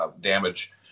damage